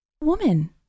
Woman